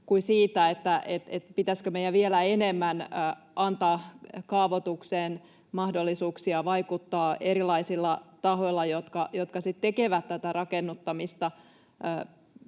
kuin siitä, pitäisikö meidän vielä enemmän antaa mahdollisuuksia vaikuttaa kaavoitukseen erilaisille tahoille, jotka tekevät rakennuttamista.